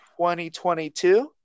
2022